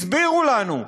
הסבירו לנו,